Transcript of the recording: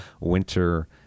Winter